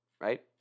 Right